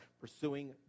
pursuing